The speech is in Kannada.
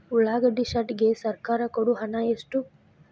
ಉಳ್ಳಾಗಡ್ಡಿ ಶೆಡ್ ಗೆ ಸರ್ಕಾರ ಕೊಡು ಹಣ ಎಷ್ಟು?